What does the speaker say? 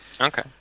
Okay